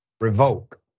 revoke